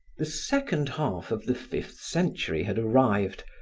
the second half of the fifth century had arrived,